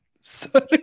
sorry